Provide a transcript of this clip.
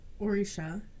Orisha